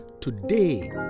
today